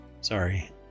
sorry